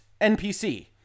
NPC